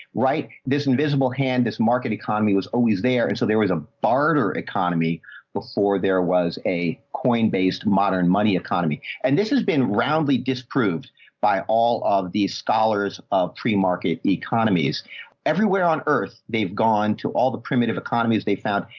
right, this invisible hand, his market economy was always there. and so there was a. bart or economy before there was a coin based modern money economy. and this has been roundly disproved by all of these scholars of pre-market economies everywhere on earth. they've gone to all the primitive economies they found,